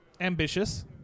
ambitious